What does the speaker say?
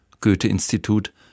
Goethe-Institut